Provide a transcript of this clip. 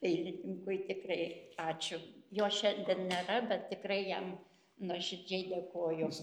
tai dailininkiui tikrai ačiū jo šiandien nėra bet tikrai jam nuoširdžiai dėkoju